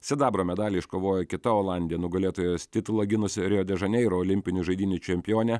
sidabro medalį iškovojo kita olandė nugalėtojos titulą gynusi rio de žaneiro olimpinių žaidynių čempionė